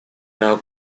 now